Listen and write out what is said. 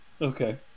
Okay